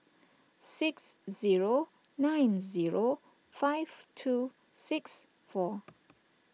six zero nine zero five two six four